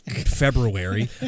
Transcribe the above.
February